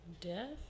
death